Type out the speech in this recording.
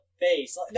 face